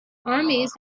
armies